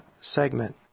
segment